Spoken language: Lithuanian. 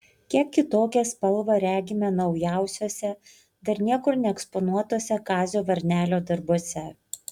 kiek kitokią spalvą regime naujausiuose dar niekur neeksponuotuose kazio varnelio darbuose